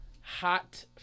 Hot